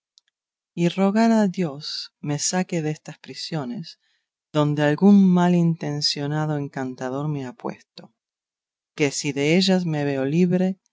y rogad a dios me saque destas prisiones donde algún mal intencionado encantador me ha puesto que si de ellas me veo libre